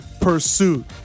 pursuit